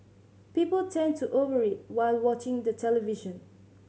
people tend to over eat while watching the television